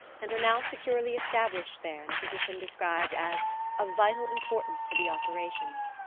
and are now securely established there in a position described as of vital importance to the operations.